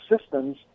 systems